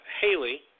Haley